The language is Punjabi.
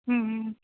ਹਮ